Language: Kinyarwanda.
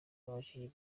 abakinnyi